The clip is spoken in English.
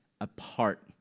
apart